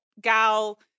Gal